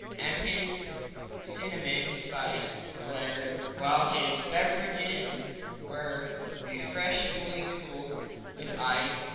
and his cinnamon-spiced claret while his beverages were refreshingly cooled with ice,